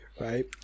right